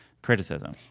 Criticism